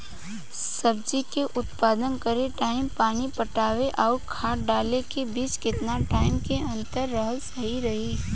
सब्जी के उत्पादन करे टाइम पानी पटावे आउर खाद डाले के बीच केतना टाइम के अंतर रखल सही रही?